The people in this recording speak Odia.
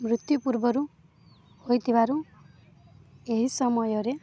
ମୃତ୍ୟୁ ପୂର୍ବରୁ ହୋଇଥିବାରୁ ଏହି ସମୟରେ